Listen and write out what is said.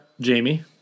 Jamie